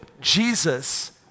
Jesus